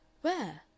Where